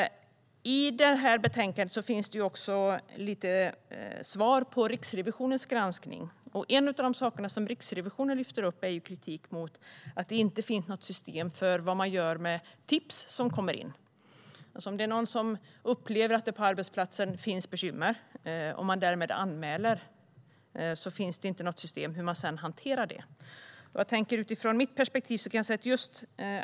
I det här betänkandet finns det också lite svar på Riksrevisionens granskning. En av de saker som Riksrevisionen lyfter fram är kritik mot att det inte finns något system för vad man gör med tips som kommer in. Om det är någon som upplever att det finns bekymmer på arbetsplatsen och anmäler detta finns det inte något system för hur man sedan hanterar det.